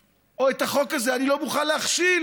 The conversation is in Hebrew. או: את החוק הזה אני לא מוכן להכשיל,